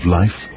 life